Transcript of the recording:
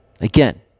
Again